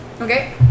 Okay